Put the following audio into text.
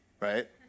right